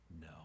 No